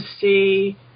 see